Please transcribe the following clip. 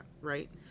right